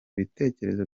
ibitekerezo